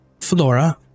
flora